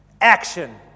action